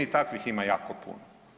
Takvih ima jako puno.